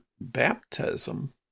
baptism